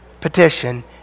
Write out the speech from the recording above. petition